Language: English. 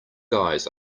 guys